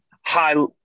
high